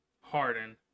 Harden